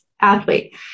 athlete